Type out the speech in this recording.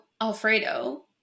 Alfredo